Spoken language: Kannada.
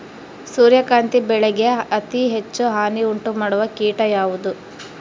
ಸೂರ್ಯಕಾಂತಿ ಬೆಳೆಗೆ ಅತೇ ಹೆಚ್ಚು ಹಾನಿ ಉಂಟು ಮಾಡುವ ಕೇಟ ಯಾವುದು?